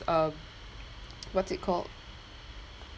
uh what's it called